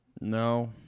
No